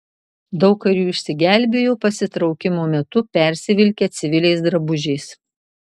daug karių išsigelbėjo pasitraukimo metu persivilkę civiliais drabužiais